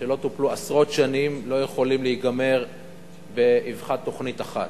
שלא טופלו עשרות שנים לא יכולים להיגמר באבחת תוכנית אחת.